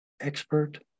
expert